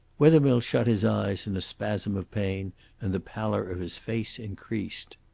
wethermill shut his eyes in a spasm of pain and the pallor of his face increased.